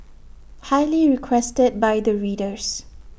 highly requested by the readers